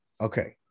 Okay